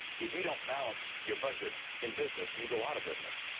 if you don't balance your budget in business, you go out of business.